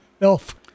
elf